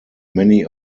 many